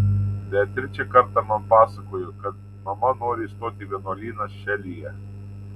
beatričė kartą man pasakojo kad mama nori įstoti į vienuolyną šelyje